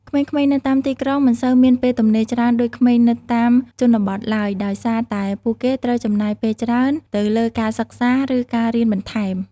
ក្មេងៗនៅតាមទីក្រុងមិនសូវមានពេលទំនេរច្រើនដូចក្មេងនៅតាមជនបទឡើយ ដោយសារតែពួកគេត្រូវចំណាយពេលច្រើនទៅលើការសិក្សាឬការរៀនបន្ថែម។